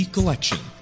Collection